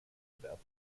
about